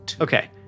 okay